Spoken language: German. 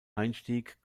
einstieg